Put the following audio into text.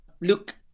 Look